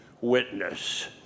witness